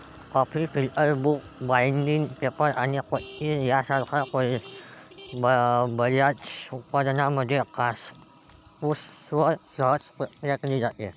coffee filters, book binding, paper आणि पट्टी यासारख्या बर्याच उत्पादनांमध्ये कापूसवर सहज प्रक्रिया केली जाते